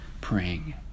praying